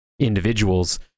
individuals